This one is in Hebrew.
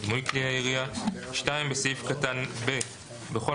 דמוי כלי ירייה"; (ב)בפסקאות (1) עד (4),